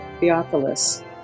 Theophilus